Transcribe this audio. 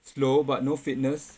slow but no fitness